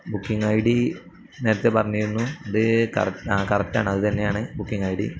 booking I D നേരത്തെ പറഞ്ഞിരുന്നു അത് കറക് ആ കറക്റ്റാണ് അത് തന്നെയാണ് ബുക്കിംഗ് ഐ ഡി